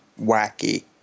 wacky